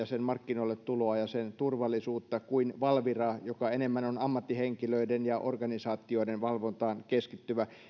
sen markkinoille tuloa ja sen turvallisuutta kuin valvira joka enemmän on ammattihenkilöiden ja organisaatioiden valvontaan keskittyvä